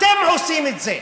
אתם עושים את זה.